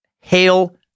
Hail